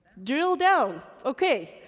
drill down, okay,